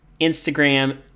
Instagram